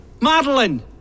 Madeline